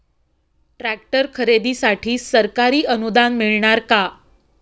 Tractor खरेदीसाठी सरकारी अनुदान मिळणार का?